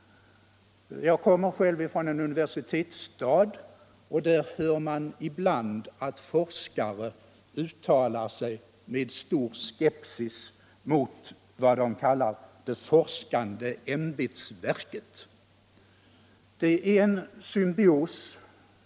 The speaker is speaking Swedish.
Jag kommer själv från en universitetsstad, och där hör man ibland att forskare uttalar sig med stor skepsis mot vad de kallar ”det forskande ämbetsverket”. Med detta menar man en symbios.